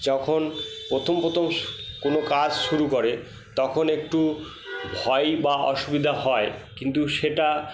যখন প্রথম প্রথম কোনো কাজ শুরু করে তখন একটু ভয়ই বা অসুবিধা হয় কিন্তু সেটা